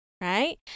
right